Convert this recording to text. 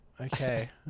Okay